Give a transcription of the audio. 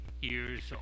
years